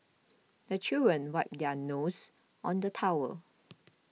the children wipe their noses on the towel